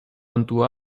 unto